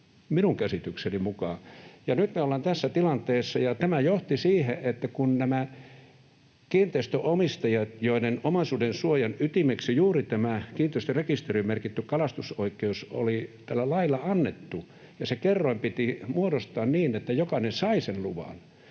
minun käsitykseni mukaan. Nyt me ollaan tässä tilanteessa, ja tämä johti siihen, että nämä kiinteistönomistajat, joiden omaisuudensuojan ytimeksi juuri tämä kiinteistörekisteriin merkitty kalastusoikeus oli tällä lailla annettu — ja se kerroin piti muodostaa niin, että jokainen sai sen luvan